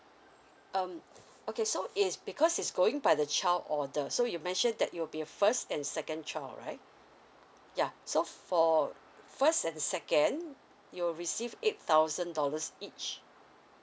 um okay so is because is going by the child order so you mentioned that you'll be first and second child right yeah so for first and the second you'll receive eight thousand dollars each